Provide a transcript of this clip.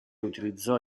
utilizzò